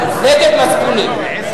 נגד מצפוני.